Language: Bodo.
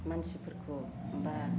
मानसिफोरखौ बा